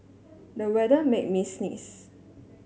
the weather made me sneeze